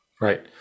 Right